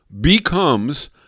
becomes